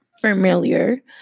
familiar